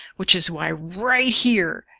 which is why right here,